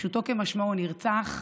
פשוטו כמשמעו נרצח,